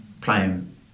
playing